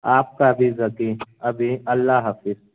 آپ کا بھی ذکی ابھی اللہ حافظ